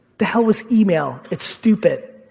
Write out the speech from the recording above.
the hell was email? it's stupid.